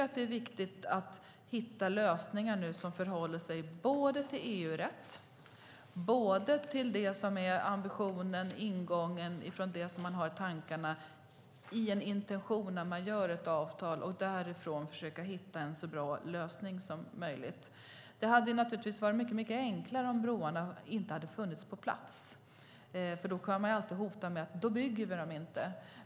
Nu är det är viktigt att hitta lösningar som förhåller sig både till EU-rätt och till det som är ambitionen, ingången och intentionen när man ingår ett avtal och därifrån försöka hitta en så bra lösning som möjligt. Det hade varit mycket enklare om broarna inte hade funnits på plats. Då kan man alltid hota med att inte bygga dem.